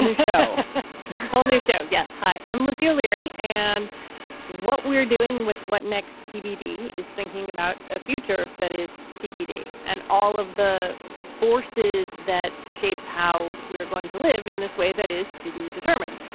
and show pony show. yes. hi i'm lizzie o'leary. and what we're doing with what next tbd is thinking about a future that is tbd and all of the forces that shape how we're going to live in this way that is to be determined.